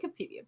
Wikipedia